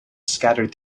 scattered